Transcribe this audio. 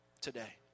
today